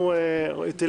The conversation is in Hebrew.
יש שתי טענות נושא חדש.